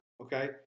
Okay